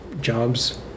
jobs